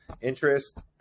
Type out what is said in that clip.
interest